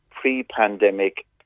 pre-pandemic